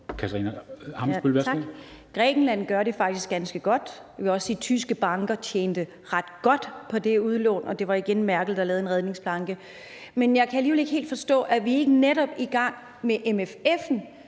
Grækenland gør det faktisk ganske godt, og jeg vil også sige, at tyske banker tjente ret godt på det udlån, og det var igen Merkel, der lavede en redningsplanke. Men jeg kan alligevel ikke helt forstå det. Er vi ikke netop i gang med MFF'en